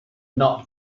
not